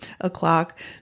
o'clock